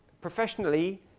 Professionally